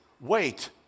wait